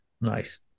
nice